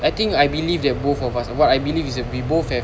I think I believe that both of us what I believe is we both have